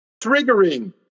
triggering